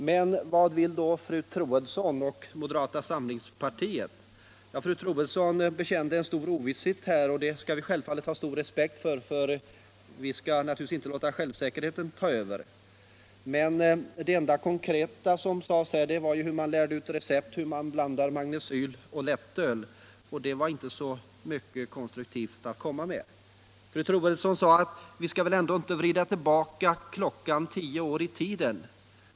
Men vad vill då fru Troedsson och moderata samlingspartiet? Ja, fru Troedsson bekände en stor ovisshet, och det skall vi självfallet ha respekt för. Vi skall naturligtvis inte låta självsäkerheten ta över. Men det enda konkreta som sades här gällde recept på hur man blandar magnecyl och lättöl, och det var inte så mycket konstruktivt att komma med. Fru Troedsson sade att vi väl ändå inte skall vrida tillbaka klockan tio år i tiden.